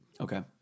Okay